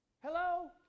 Hello